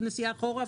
נסיעה אחורה,